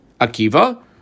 Akiva